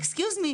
סליחה,